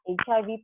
hiv